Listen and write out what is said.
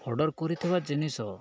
order କରିଥିବା ଜିନିଷ